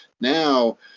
now